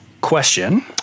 question